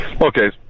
Okay